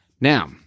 Now